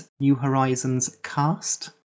newhorizonscast